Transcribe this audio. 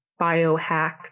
biohack